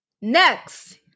Next